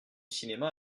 cinéma